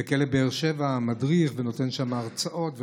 מדריך בכלא באר שבע, נתתי שם הרצאות וכו'.